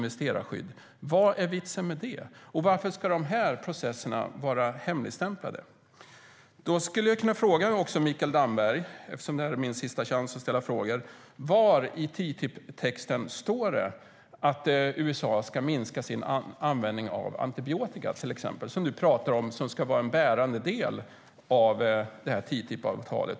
Vad är vitsen med det, och varför ska de här processerna vara hemligstämplade? Eftersom det här är min sista chans att ställa frågor skulle jag kunna fråga Mikael Damberg var i TTIP-texten det står att USA ska minska sin användning av antibiotika. Du pratar ju om att det ska vara en bärande del av TTIP-avtalet.